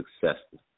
successful